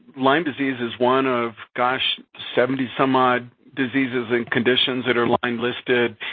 lyme disease is one of, gosh, seventy some odd diseases and conditions that are lyme-listed,